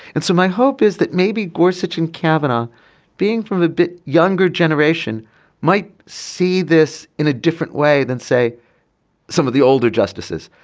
and so my hope is that maybe more such and kavanagh being from a younger generation might see this in a different way than say some of the older justices.